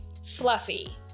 fluffy